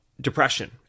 depression